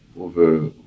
over